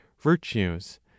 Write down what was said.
virtues